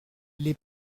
les